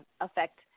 affect